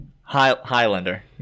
Highlander